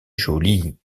joli